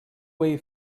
way